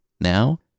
Now